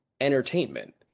entertainment